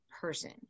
person